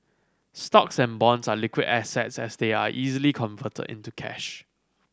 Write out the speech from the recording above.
stocks and bonds are liquid assets as they are easily converted into cash